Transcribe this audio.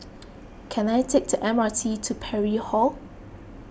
can I take the M R T to Parry Hall